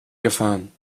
gefahren